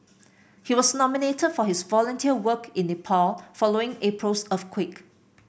he was nominated for his volunteer work in Nepal following April's earthquake